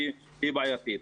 היא בעייתית.